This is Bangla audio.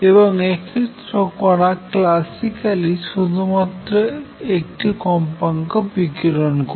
এবং এক্ষেত্রেও কনা ক্লাসিক্যালি শুধুমাত্র একটি কম্পাঙ্কে বিকিরন করে